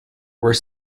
were